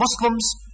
Muslims